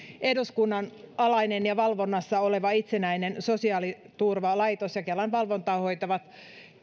eduskunnan alainen ja valvonnassa oleva itsenäinen sosiaaliturvalaitos ja kelan valvontaa hoitavat